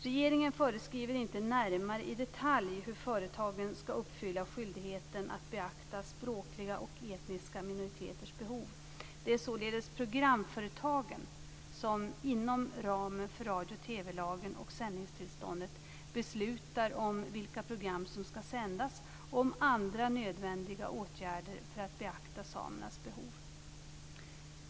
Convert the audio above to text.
Regeringen föreskriver inte närmare i detalj hur företagen skall uppfylla skyldigheten att beakta språkliga och etniska minoriteters behov. Det är således programföretagen, som inom ramen för radiooch TV-lagen och sändningstillståndet, beslutar om vilka program som skall sändas och om andra nödvändiga åtgärder för att beakta samernas behov.